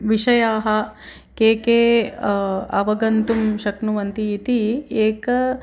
विषयाः के के अवगन्तुं शक्नुवन्ति इति एकम्